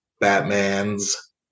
batman's